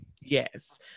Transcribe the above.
Yes